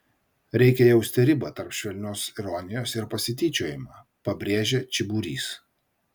reikia jausti ribą tarp švelnios ironijos ir pasityčiojimo pabrėžia čiburys